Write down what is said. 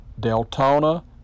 Deltona